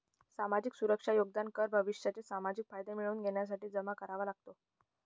सामाजिक सुरक्षा योगदान कर भविष्याचे सामाजिक फायदे मिळवून घेण्यासाठी जमा करावा लागतो